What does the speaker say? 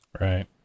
Right